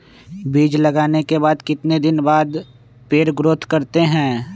बीज लगाने के बाद कितने दिन बाद पर पेड़ ग्रोथ करते हैं?